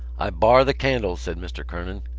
i bar the candles, said mr. kernan,